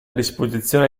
disposizione